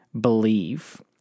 believe